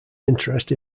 interest